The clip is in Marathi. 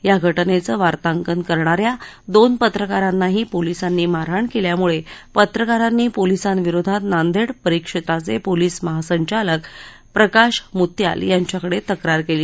या घटनेचं वार्ताकन करणा या दोन पत्रकारांनाही पोलिसांनी मारहाण केल्यामुळे पत्रकारांनी पोलिसांविरोधात नांदेड परिक्षेत्राचे पोलीस महासंचालक प्रकाश मुत्याल यांच्याकडे तक्रार केली